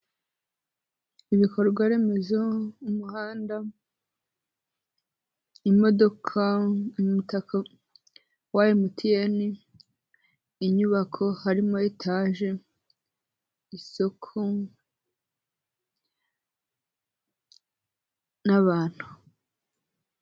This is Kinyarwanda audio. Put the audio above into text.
Ibikorwa remezo, umuhanda, imodoka, umutaka wa MTN, inyubako harimo etaje, isoko n'abantu.